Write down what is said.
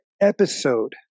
episode